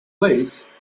lace